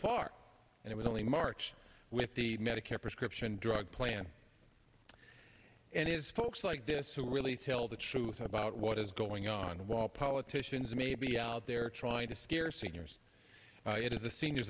far and it was only march with the medicare prescription drug plan and is folks like this who really tell the truth about what is going on while politicians may be out there trying to scare seniors it is the seniors